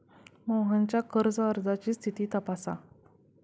मोहनच्या कर्ज अर्जाची स्थिती तपासा